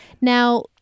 Now